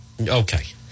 okay